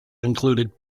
included